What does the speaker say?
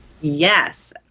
Yes